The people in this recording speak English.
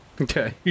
okay